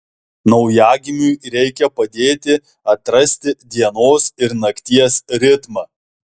naujagimiui reikia padėti atrasti dienos ir nakties ritmą